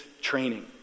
training